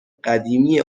قدیمی